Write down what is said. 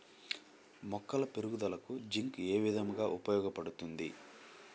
మొక్కల పెరుగుదలకు జింక్ ఏ విధముగా ఉపయోగపడుతుంది?